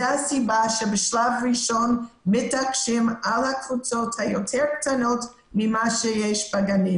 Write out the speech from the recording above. זו הסיבה שבשלב ראשון מתעקשים על הקבוצות היותר קטנות ממה שיש בגנים.